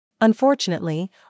Unfortunately